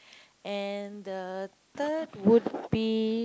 and the third would be